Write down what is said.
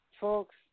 folks